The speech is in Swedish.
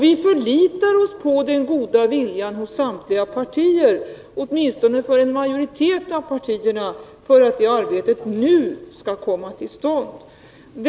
Vi förlitar oss på den goda viljan hos samtliga partier — åtminstone hos en majoritet av partierna — och tror att det arbetet nu skall komma till stånd.